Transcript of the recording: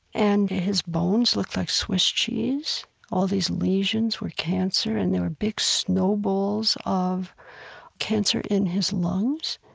and his bones looked like swiss cheese all these lesions were cancer, and there were big snowballs of cancer in his lungs.